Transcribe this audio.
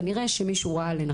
תלמדו לעשות בלגן כמונו.